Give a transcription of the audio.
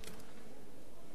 רשות הדיבור שלך.